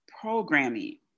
programming